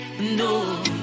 No